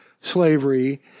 slavery